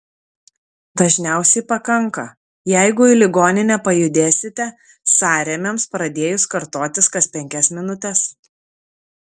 dažniausiai pakanka jeigu į ligoninę pajudėsite sąrėmiams pradėjus kartotis kas penkias minutes